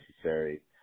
necessary